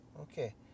Okay